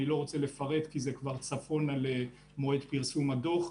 אני לא רוצה לפרט כי זה כבר צפונה למועד פרסום הדוח.